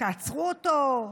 תעצרו אותו,